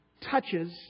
touches